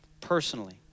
personally